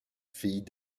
fille